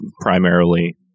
primarily